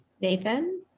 Nathan